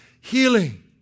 healing